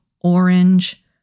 orange